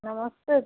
नमस्ते